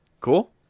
Cool